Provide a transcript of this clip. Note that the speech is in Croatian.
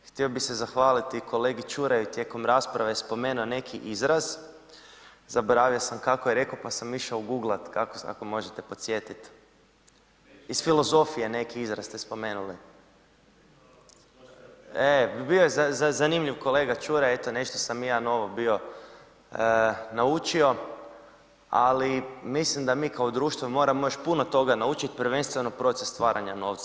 Htio bih se zahvaliti i kolegi Čuraju tijekom rasprave, spomenuo je neki izraz, zaboravio sam kako je rekao pa sam išao uguglati, kako, ako me možete podsjetiti, iz filozofije neki izraz ste spomenuli. ... [[Upadica se ne čuje.]] E, bio je zanimljiv kolega Čuraj, eto nešto sam i ja novo bio naučio, ali mislim da mi kao društvo moramo još puno toga naučiti, prvenstveno proces stvaranja novca.